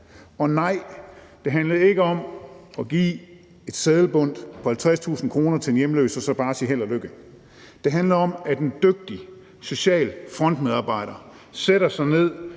Og nej, det handler ikke om at give et seddelbundt med 50.000 kr. til en hjemløs og så bare sige: Held og lykke. Det handler om, at en dygtig social frontmedarbejder sætter sig ned